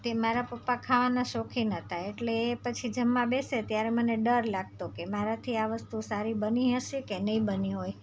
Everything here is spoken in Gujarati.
તે મારા પપ્પા ખાવાના શોખીન હતા એટલે એ પછી જમવા બેસે ત્યારે મને ડર લાગતો કે મારાથી આ વસ્તુ સારી બની હશે કે નહીં બની હોય